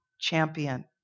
champion